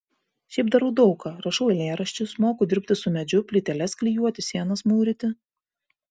šiaip darau daug ką rašau eilėraščius moku dirbti su medžiu plyteles klijuoti sienas mūryti